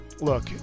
Look